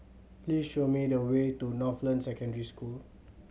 please show me the way to Northland Secondary School